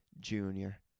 Junior